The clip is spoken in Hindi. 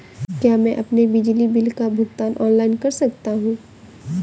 क्या मैं अपने बिजली बिल का भुगतान ऑनलाइन कर सकता हूँ?